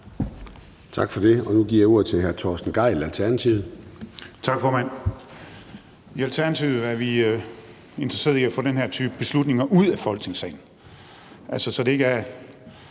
Tak for det. Og nu giver jeg ordet til hr. Torsten Gejl, Alternativet. Kl. 13:33 Torsten Gejl (ALT): Tak, formand. I Alternativet er vi interesseret i at få den her type beslutninger ud af Folketingssalen, så det ikke er